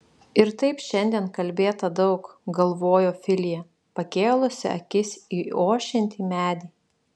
ir taip šiandien kalbėta daug galvojo filija pakėlusi akis į ošiantį medį